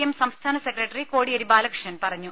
M സംസ്ഥാന secretary Kodiyeri Balakrishnan പറഞ്ഞു